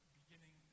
beginning